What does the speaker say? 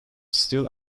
still